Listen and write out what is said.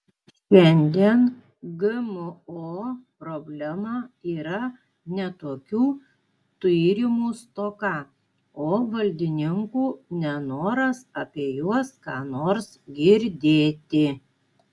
šiandien gmo problema yra ne tokių tyrimų stoka o valdininkų nenoras apie juos ką nors girdėti